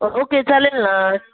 okay चालेल ना